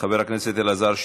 חבר הכנסת אלעזר שטרן,